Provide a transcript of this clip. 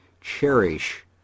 cherish